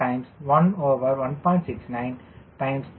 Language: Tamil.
69 sland0